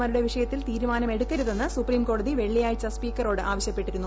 മാരുടെ വിഷയത്തിൽ തീരുമാന്ദ്രമുടുക്കരുതെന്ന് സുപ്രീംകോടതി വെള്ളിയാഴ്ച സ്പീക്കറോട് ആവശ്യപ്പെട്ടിരുന്നു